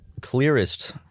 clearest